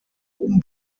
oben